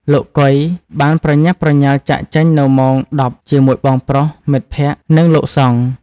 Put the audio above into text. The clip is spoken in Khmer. លោក កុយ បានប្រញាប់ប្រញាល់ចាកចេញនៅម៉ោង ១០ ជាមួយបងប្រុស មិត្តភក្តិ និងលោកសង្ឃ។